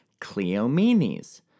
Cleomenes